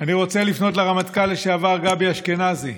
אני רוצה לפנות לרמטכ"ל לשעבר גבי אשכנזי.